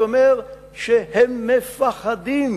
זה אומר שהם מפחדים,